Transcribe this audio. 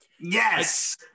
Yes